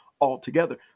altogether